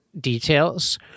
details